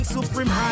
Supreme